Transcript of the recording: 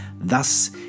thus